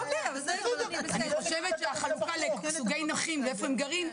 אני חושבת שהחלוקה לסוגי נכים ואיפה הם גרים,